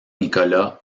nicolas